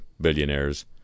billionaires